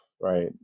right